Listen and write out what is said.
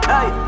Hey